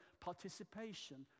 participation